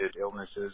illnesses